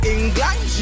England